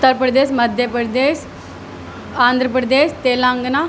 Uttar Pradesh Madhya Pradesh Andhra Pradesh Telangana